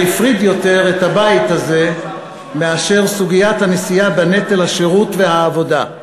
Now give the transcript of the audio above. הפריד יותר את הבית הזה מאשר סוגיית הנשיאה בנטל השירות והעבודה.